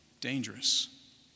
dangerous